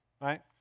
right